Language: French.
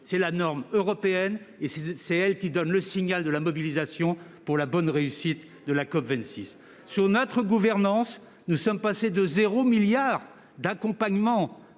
c'est la norme européenne et c'est elle qui donne le signal de la mobilisation pour la bonne réussite de la COP26. Blabla. Sous notre gouvernance, nous sommes passés de zéro milliard d'accompagnement